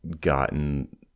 gotten